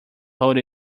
hold